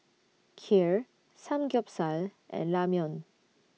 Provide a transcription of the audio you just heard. Kheer Samgyeopsal and Ramyeon